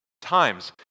times